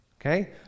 okay